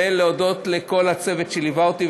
לכל הצוות שליווה אותי,